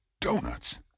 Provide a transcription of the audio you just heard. donuts